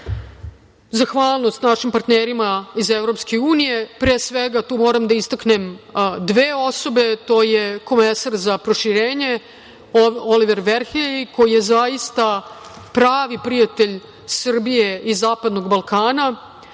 zahvalnost našim partnerima iz EU. Pre svega tu moram da istaknem dve osobe. To je komesar za proširenje Oliver Varhelji, koji je zaista pravi prijatelj Srbije i Zapadnog Balkana